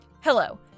Hello